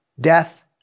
Death